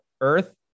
Earth